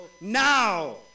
now